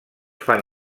fan